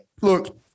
Look